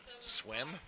Swim